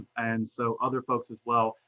and so, other folks as well.